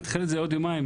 נדחה את זה לעוד יומיים,